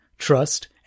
Trust